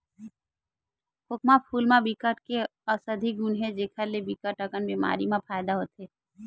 खोखमा फूल म बिकट के अउसधी गुन हे जेखर ले बिकट अकन बेमारी म फायदा होथे